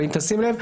אבל אם תשים לב,